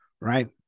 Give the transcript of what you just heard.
right